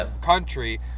country